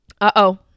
Uh-oh